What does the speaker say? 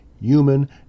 human